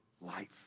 life